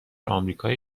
آمریکای